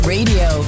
Radio